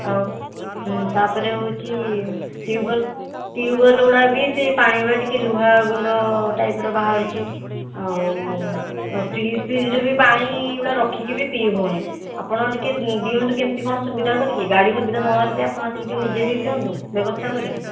ଆଉ ତା'ପରେ ହେଉଛି ଟ୍ୟୁବଲ୍ ଟ୍ୟୁବଲ୍ଗୁଡା ବି ସେ ପାଣିଗୁଡ଼ା ଟିକିଏ ଲୁହା ଗୁଣ୍ଡ ଟାଇପ୍ର ବାହାରୁଛି ଆଉ ଫ୍ରିଜ୍ ଫ୍ରିଜ୍ରେ ବି ପାଣିଗୁଡ଼ା ରଖିକି ପିଇ ହେଉନି ଆପଣ ଟିକିଏ ଦିଅନ୍ତୁ କେମିତି କ'ଣ ସୁବିଧା କରିକି ଗାଡ଼ି ସୁବିଧା ନହେଲେ ବି ଆପଣ ଆସିକି ଟିକିଏ ନିଜେ ଦେଇ ଦିଅନ୍ତୁ ବ୍ୟବସ୍ତା କରିକି